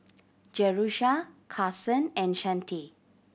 Jerusha Karson and Shante